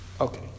Okay